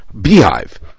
beehive